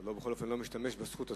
בכל אופן, לא משתמש בזכות הזו.